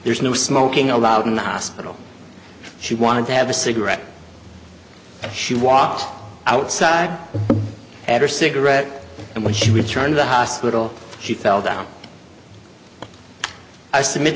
there is no smoking allowed in the hospital she wanted to have a cigarette she walked outside and her cigarette and when she returned the hospital she fell down i submit